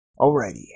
Alrighty